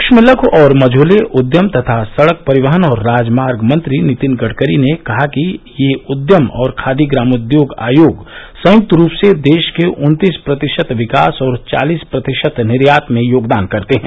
सूक्ष्म लघू और मझोले उद्यम तथा सड़क परिवहन और राजमार्ग मंत्री नितिन गडकरी ने कहा कि ये उद्यम और खादी ग्रामोद्योग आयोग संयुक्त रूप से देश के उन्तीस प्रतिशत विकास और चालिस प्रतिशत निर्यात में योगदान करते हैं